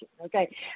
Okay